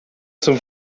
zum